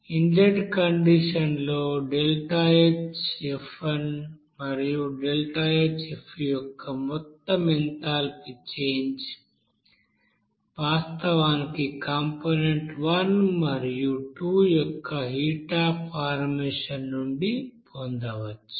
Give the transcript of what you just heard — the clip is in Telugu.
ఇన్లెట్ కండిషన్ లో ఉన్న మరియు యొక్క మొత్తం ఎంథాల్పీ చేంజ్ వాస్తవానికి కాంపోనెంట్ 1 మరియు 2 యొక్క హీట్ అఫ్ ఫార్మేషన్ నుండి పొందవచ్చు